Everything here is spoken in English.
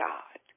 God